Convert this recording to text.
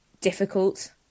difficult